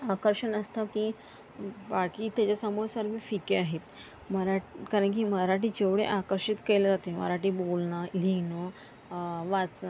आकर्षण असतं की बाकी त्याच्यासमोर सर्व फिके आहेत मरा कारण की मराठीत जेवढे आकर्षित केलं जाते मराठी बोलणं लिहिणं वाचणं